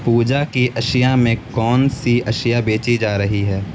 پوجا کی اشیاء میں کون سی اشیاء بیچی جا رہی ہے